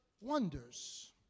wonders